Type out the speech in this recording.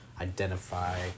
identify